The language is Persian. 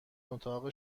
اتاق